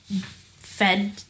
fed